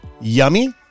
Yummy